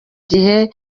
gihe